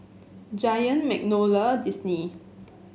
Giant Magnolia Disney